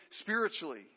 spiritually